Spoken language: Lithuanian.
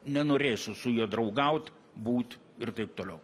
nenorėsiu su juo draugaut būt ir taip toliau